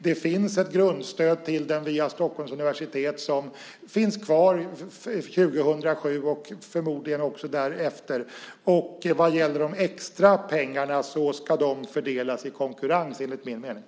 Det finns ett grundstöd till den via Stockholms universitet som finns kvar år 2007 och förmodligen också därefter. Vad gäller de extra pengarna ska de fördelas i konkurrens enligt min mening.